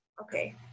Okay